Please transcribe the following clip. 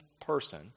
person